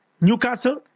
Newcastle